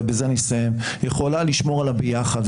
ובזה אני מסיים יכולה לשמור על הביחד,